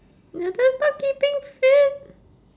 no that's not keeping fit